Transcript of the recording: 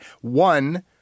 One